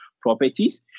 properties